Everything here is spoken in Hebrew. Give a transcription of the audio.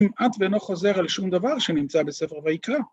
כמעט ולא חוזר על שום דבר שנמצא בספר ויקרא.